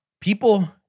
People